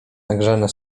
nagrzane